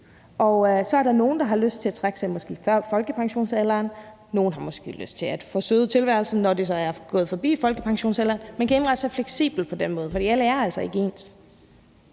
Og så er der nogle, der måske har lyst til at trække sig tilbage før folkepensionsalderen, og nogle har måske lyst til at forsøde tilværelsen, når de er nået forbi folkepensionsalderen. Man kan indrette sig fleksibelt på den måde, for vi er altså ikke ens.